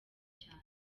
cyane